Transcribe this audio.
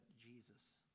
Jesus